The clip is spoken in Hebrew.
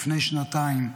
לפני שנתיים,